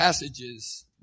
passages